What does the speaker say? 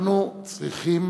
אנחנו צריכים